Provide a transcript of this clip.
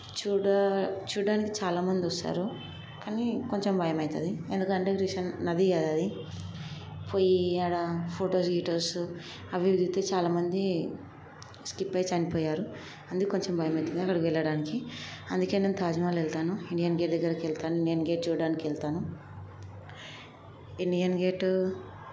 చూడ చూడటానికి చాలా మంది వస్తారు కానీ కొంచెం భయమవుతుంది ఎందుకంటే కృష్ణ నది కదా అది పోయి అక్కడ ఫొటోస్ గీటోస్ అవి ఇవీ దిగితే చాలా మంది స్కిప్ అయి చనిపోయారు అందుకే కొంచెం భయమవుతుంది అక్కడికి వెళ్ళడానికి అందుకే నేను తాజ్మహల్ వెళతాను ఇండియన్ గేట్ దగ్గరకి వెళతాను ఇండియన్ గేట్ చూడటానికి వెళతాను ఇండియన్ గేటు